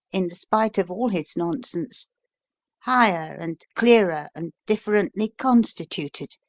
in spite of all his nonsense higher and clearer and differently constituted